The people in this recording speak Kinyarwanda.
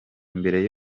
mbere